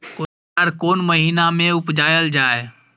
कोसयार कोन महिना मे उपजायल जाय?